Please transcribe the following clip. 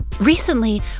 Recently